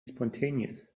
spontaneous